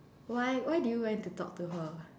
why why do you went to talk to her